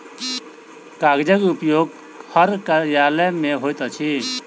कागजक उपयोग हर कार्यालय मे होइत अछि